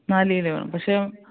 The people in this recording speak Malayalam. നാല് കിലോ വേണം പക്ഷേ